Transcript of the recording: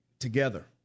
together